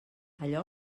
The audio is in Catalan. allò